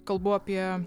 kalbu apie